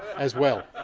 as well.